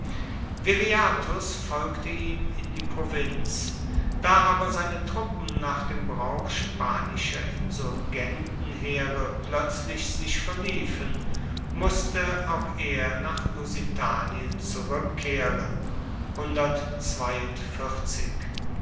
viriathus folgte ihm in die provinz da aber seine truppen nach dem brauch spanischer insurgentenheere plötzlich sich verliefen mußte auch er nach lusitanien zurückkehren